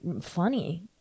funny